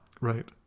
Right